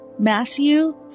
Matthew